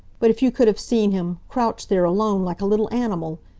but if you could have seen him, crouched there alone like a little animal!